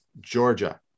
Georgia